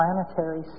planetary